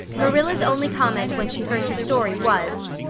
marilla's only comment when she heard the story was,